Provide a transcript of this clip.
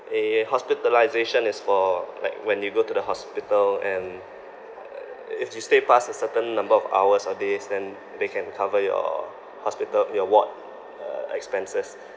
uh hospitalisation is for like when you go to the hospital and uh if you stay past a certain number of hours or days then they can cover your hospital your ward uh expenses